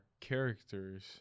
characters